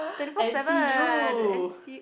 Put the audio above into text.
and see you